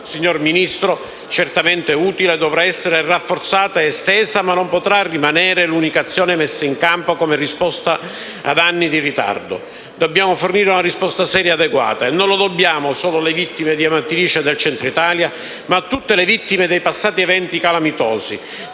signor Ministro, certamente utile, dovrà essere rafforzata ed estesa, ma non potrà rimanere l'unica azione messa in campo come risposta ad anni di ritardo. Dobbiamo fornire una risposta seria ed adeguata e non lo dobbiamo solo alle vittime di Amatrice e del Centro Italia, ma a tutte le vittime dei passati eventi calamitosi,